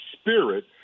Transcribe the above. spirit